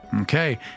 Okay